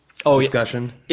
discussion